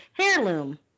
heirloom